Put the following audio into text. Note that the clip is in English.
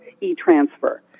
e-transfer